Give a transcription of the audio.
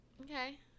okay